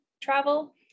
travel